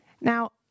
Now